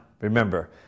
remember